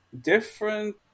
different